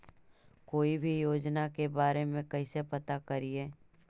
कोई भी योजना के बारे में कैसे पता करिए?